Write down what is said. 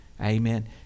Amen